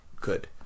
good